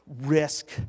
risk